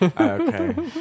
Okay